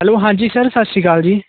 hello ਹਾਂਜੀ sir ਸਤਿ ਸ਼੍ਰੀ ਅਕਾਲ ਜੀ